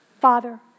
Father